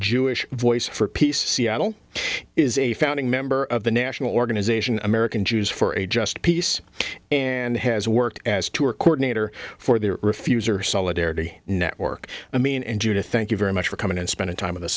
jewish voice for peace seattle is a founding member of the national organization american jews for a just peace and has worked as tour coordinator for their refuse or solidarity network i mean and judith thank you very much for coming and spending time with us this